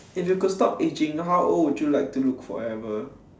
if you could stop ageing how old would you like to look forever